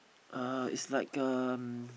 uh is like um